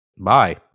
Bye